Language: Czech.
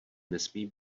nesmí